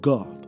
God